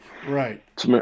Right